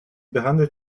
behandelt